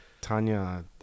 Tanya